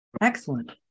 Excellent